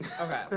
Okay